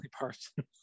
person